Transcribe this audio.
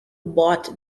bought